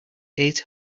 eight